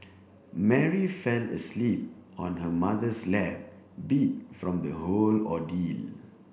Mary fell asleep on her mother's lap beat from the whole ordeal